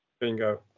Bingo